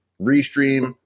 Restream